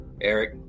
Eric